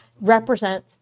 represent